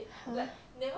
!huh!